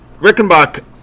Rickenbach